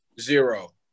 Zero